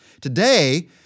Today